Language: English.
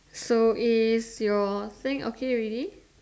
so is your thing okay already